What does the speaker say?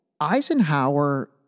Eisenhower